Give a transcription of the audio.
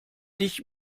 dich